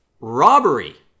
Robbery